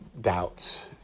doubts